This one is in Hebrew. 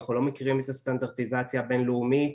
אנחנו לא מכירים את הסטנדרטיזציה הבין-לאומית,